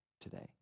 today